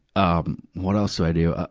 ah what else do i do? ah